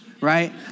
right